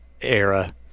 era